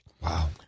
Wow